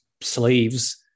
slaves